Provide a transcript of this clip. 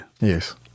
Yes